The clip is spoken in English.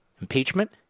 Impeachment